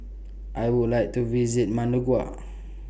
I Would like to visit Managua